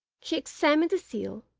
she examined the seal.